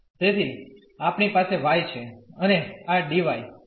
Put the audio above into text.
તેથી આપણી પાસે y છે અને આ dy